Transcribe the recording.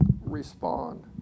respond